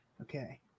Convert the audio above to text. Okay